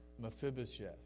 Mephibosheth